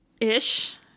ish